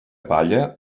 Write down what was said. palla